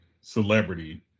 celebrity